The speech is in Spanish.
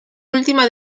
última